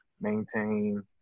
maintain